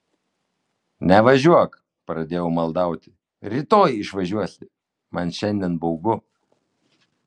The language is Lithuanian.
nevažiuok pradėjau maldauti rytoj išvažiuosi man šiandien baugu